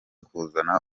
kuzana